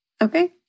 Okay